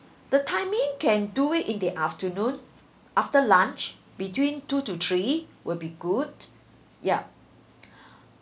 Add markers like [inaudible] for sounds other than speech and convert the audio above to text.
the timing can do it in the afternoon after lunch between two to three will be good yup [breath]